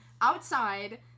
outside